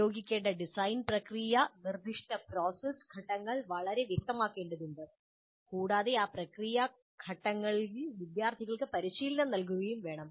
ഉപയോഗിക്കേണ്ട ഡിസൈൻ പ്രക്രിയ നിർദ്ദിഷ്ട പ്രോസസ്സ് ഘട്ടങ്ങൾ വളരെ വ്യക്തമാക്കേണ്ടതുണ്ട് കൂടാതെ ആ പ്രക്രിയ ഘട്ടങ്ങളിൽ വിദ്യാർത്ഥികൾക്ക് പരിശീലനം നൽകുകയും വേണം